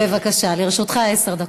בבקשה, לרשותך עשר דקות.